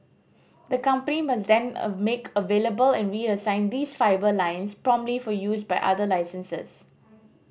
the company must then a make available and reassign these fibre lines promptly for use by other licensees